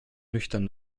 nüchtern